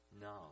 no